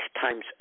times